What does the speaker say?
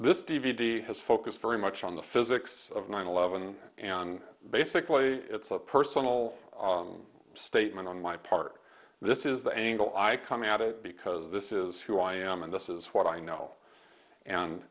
this d v d has focused very much on the physics of nine eleven and basically it's a personal statement on my part this is the angle i i come at it because this is who i am and this is what i know and